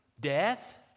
death